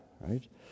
right